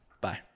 Bye